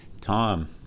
Tom